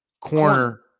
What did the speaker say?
corner